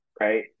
right